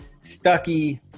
Stucky